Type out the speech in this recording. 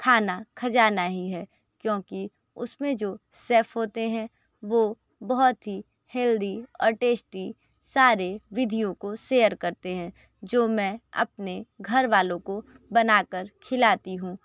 खाना खजाना ही है क्योंकि उसमे जो शेफ होते हैं वो बहुत ही हेल्दी और टेस्टी सारे विधियों को शेयर करते हैं जो मैं अपने घर वालों को बनाकर खिलाती हूँ